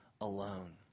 alone